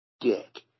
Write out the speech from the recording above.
Dick